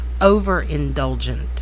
Overindulgent